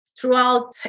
throughout